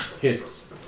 Hits